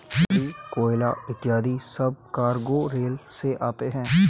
लकड़ी, कोयला इत्यादि सब कार्गो रेल से आते हैं